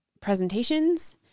presentations